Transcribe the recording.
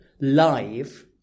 live